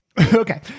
Okay